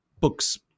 books